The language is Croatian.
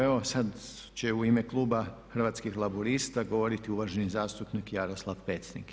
Evo sad će u ime kluba Hrvatskih laburista govoriti uvaženi zastupnik Jaroslav Pecnik.